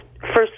First